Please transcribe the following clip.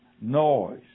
noise